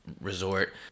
resort